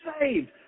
saved